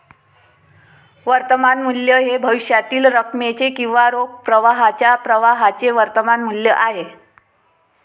वर्तमान मूल्य हे भविष्यातील रकमेचे किंवा रोख प्रवाहाच्या प्रवाहाचे वर्तमान मूल्य आहे